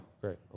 Great